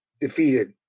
defeated